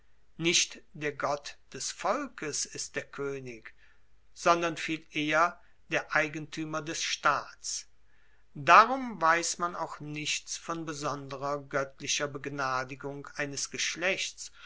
nicht der gott des volkes ist der koenig sondern viel eher der eigentuemer des staats darum weiss man auch nichts von besonderer goettlicher begnadigung eines geschlechts